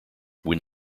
when